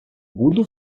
буду